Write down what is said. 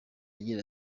agira